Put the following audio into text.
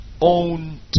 own